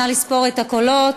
נא לספור את הקולות.